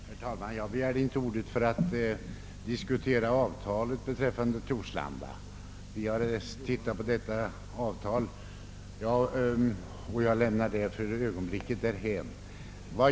Herr talman! Jag begärde inte ordet för att diskutera avtalet om Torslanda. Vi har behandlat detta avtal och jag lämnar det för ögonblicket därhän.